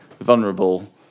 vulnerable